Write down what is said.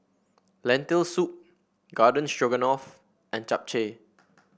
Lentil Soup Garden Stroganoff and Japchae